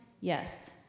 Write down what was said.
yes